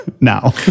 now